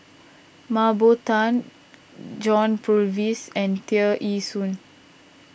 Mah Bow Tan John Purvis and Tear Ee Soon